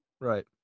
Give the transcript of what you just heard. Right